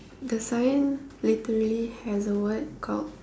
the sign literally has a word called